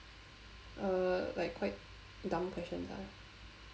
err like quite dumb questions ah